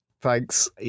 Thanks